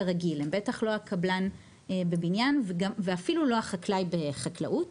הם בטח לא הקבלן בבניין ואפילו לא החקלאי בחקלאות,